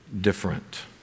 different